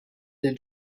del